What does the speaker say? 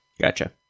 Gotcha